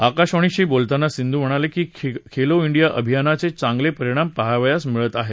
आकाशवाणी शी बोलताना सिंधू म्हणाली कि खेलो इंडिया अभियानाचे चांगले परिणाम पाहावयास मिळत आहेत